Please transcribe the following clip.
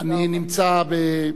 תודה רבה.